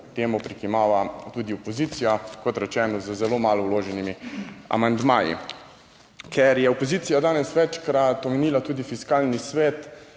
Temu prikimava tudi opozicija, kot rečeno, z zelo malo vloženimi amandmaji. Ker je opozicija danes večkrat omenila tudi Fiskalni svet.